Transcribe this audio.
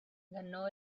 ganó